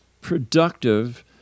productive